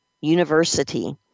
University